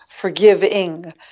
forgiving